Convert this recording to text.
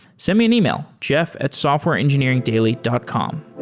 send me an email, jeff at softwareengineeringdaily dot com